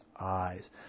eyes